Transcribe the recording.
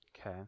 Okay